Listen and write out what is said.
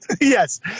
Yes